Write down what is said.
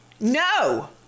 no